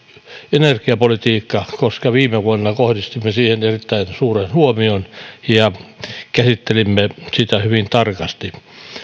energiapolitiikka koska viime vuonna kohdistimme siihen erittäin suuren huomion ja käsittelimme sitä hyvin tarkasti